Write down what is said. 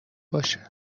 باشه